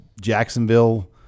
Jacksonville